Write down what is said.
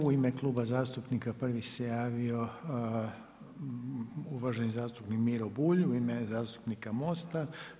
U ime kluba zastupnika prvi se javio uvaženi zastupnik Miro Bulj u ime zastupnika MOST-a.